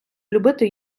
любити